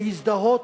להזדהות,